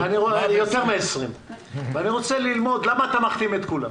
ואני רוצה ללמוד למה אתה מחתים את כולם.